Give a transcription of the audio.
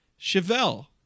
Chevelle